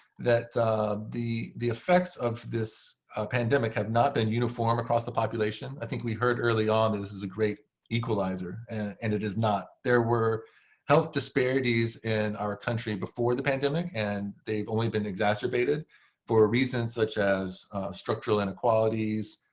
that the the effects of this pandemic have not been uniform across the population. i think we heard early on that this is a great equalizer, and it is not. there were health disparities in our country before the pandemic, and they've only been exacerbated for reasons such as structural inequalities,